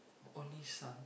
only son